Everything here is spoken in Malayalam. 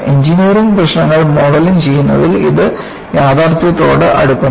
എഞ്ചിനീയറിംഗ് പ്രശ്നങ്ങൾ മോഡലിംഗ് ചെയ്യുന്നതിൽ ഇത് യാഥാർത്ഥ്യത്തോട് അടുക്കുന്നു